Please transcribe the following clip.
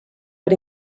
per